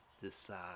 decide